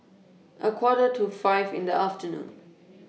A Quarter to five in The afternoon